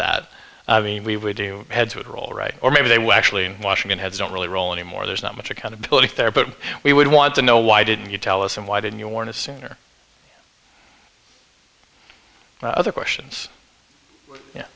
that we would do heads would roll right or maybe they were actually in washington has don't really roll anymore there's not much accountability there but we would want to know why didn't you tell us and why didn't you warn us sooner other questions